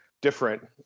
different